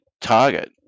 target